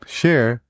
share